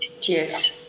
Yes